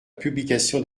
publication